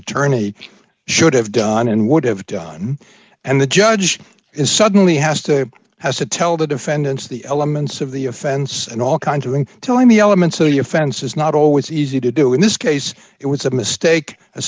attorney should have done and would have done and the judge is suddenly has to has to tell the defendants the elements of the offense and all conquering telling the elements of the offense is not always easy to do in this case it was a mistake a